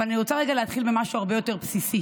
אבל אני רוצה רגע להתחיל במשהו הרבה יותר בסיסי.